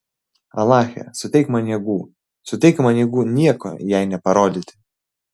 alache suteik man jėgų suteik man jėgų nieko jai neparodyti